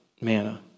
manna